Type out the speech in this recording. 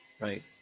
Right